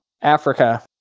Africa